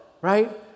right